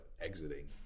exiting